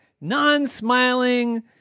non-smiling